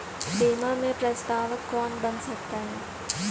बीमा में प्रस्तावक कौन बन सकता है?